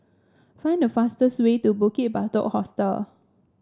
find the fastest way to Bukit Batok Hostel